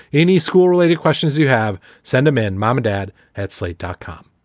any school related questions you have? send them in mom or dad at slate dot com.